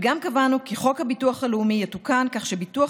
וגם קבענו כי חוק הביטוח הלאומי יתוקן כך שביטוח